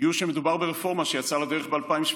יהיו שמדובר ברפורמה שיצאה לדרך ב-2017,